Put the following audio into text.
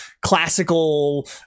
classical